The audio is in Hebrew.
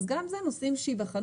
אז גם אלה נושאים שייבחנו,